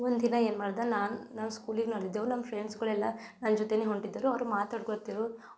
ಒಂದು ದಿನ ಏನು ಮಾಡ್ದೆ ನಾನು ನಾನು ಸ್ಕೂಲಿಗೆ ನಡ್ದಿದ್ದೆವು ನಮ್ಮ ಫ್ರೆಂಡ್ಸ್ಗಳೆಲ್ಲ ನನ್ನ ಜೊತೆಯೇ ಹೊರ್ಟಿದ್ದರು ಅವರು ಮಾತಾಡ್ಕೋತಿದ್ರು